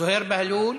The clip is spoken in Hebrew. זוהיר בהלול,